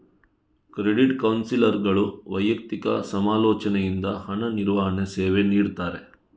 credit ಕೌನ್ಸಿಲರ್ಗಳು ವೈಯಕ್ತಿಕ ಸಮಾಲೋಚನೆಯಿಂದ ಹಣ ನಿರ್ವಹಣೆ ಸೇವೆ ನೀಡ್ತಾರೆ